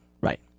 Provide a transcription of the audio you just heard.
right